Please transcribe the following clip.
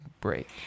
break